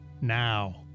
now